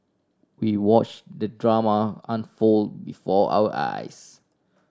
we watch the drama unfold before our eyes